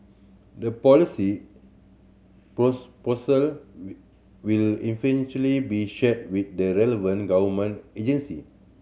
their policy will eventually be shared with the relevant government agency